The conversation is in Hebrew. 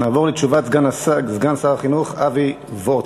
נעבור לתשובת סגן שר החינוך אבי וורצמן.